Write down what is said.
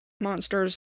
monsters